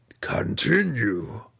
Continue